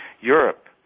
Europe